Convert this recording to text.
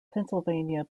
pennsylvania